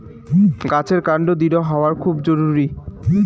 গাছের কান্ড দৃঢ় হওয়া খুব জরুরি